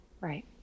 Right